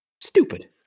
stupid